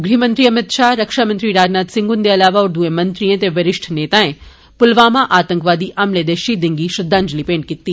गृहमंत्री अमित शाह रक्षामंत्री राजनाथ सिंह हुन्दे अलावा होर दुए मंत्रियें ते वरिष्ठ नेताएं पुलवामा आतंकवादी हमले दे शहीदें गी श्रद्धांजलि भेंट कीती